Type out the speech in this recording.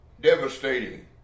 devastating